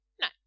No